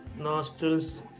nostrils